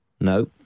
No